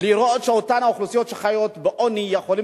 לראות שאותן אוכלוסיות שחיות בעוני יכולות